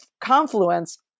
confluence